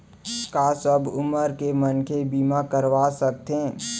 का सब उमर के मनखे बीमा करवा सकथे?